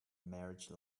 marriage